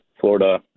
Florida